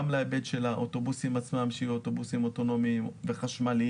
גם להיבט של האוטובוסים עצמם שיהיו אוטובוסים אוטונומיים וחשמליים,